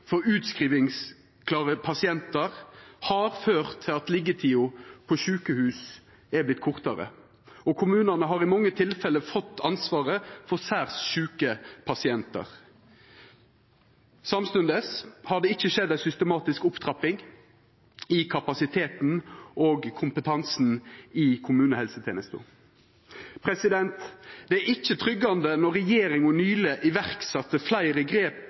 for utskrivingsklare pasientar har ført til at liggetida på sjukehus har vorte kortare, og kommunane har i mange tilfelle fått ansvaret for særs sjuke pasientar. Samstundes har det ikkje skjedd ei systematisk opptrapping i kapasiteten og kompetansen i kommunehelsetenesta. Det er ikkje tryggande når regjeringa nyleg sette i verk fleire grep